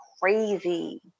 crazy